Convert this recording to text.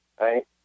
right